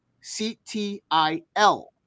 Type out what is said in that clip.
C-T-I-L